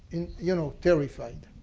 you know, terrified.